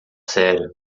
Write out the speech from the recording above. sério